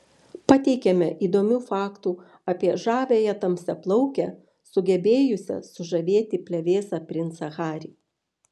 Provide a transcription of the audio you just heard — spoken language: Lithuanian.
pateikiame įdomių faktų apie žaviąją tamsiaplaukę sugebėjusią sužavėti plevėsą princą harry